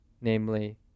namely